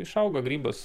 išauga grybas